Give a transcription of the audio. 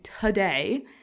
today